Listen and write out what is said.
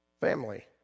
family